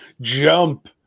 jump